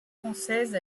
française